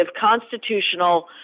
constitutional